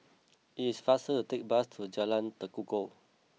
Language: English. it is faster to take bus to Jalan Tekukor